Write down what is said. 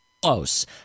close